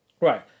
right